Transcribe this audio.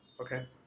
okay